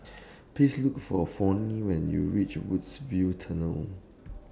Please Look For Fronie when YOU REACH Woodsville Tunnel